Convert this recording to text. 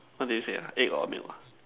what do you say ah egg got milk ah